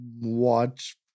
watch